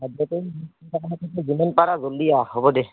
যিমানপাৰা জলদি আহ হ'ব দে